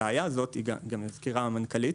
הבעיה הזאת, גם הזכירה המנכ"לית,